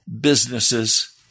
businesses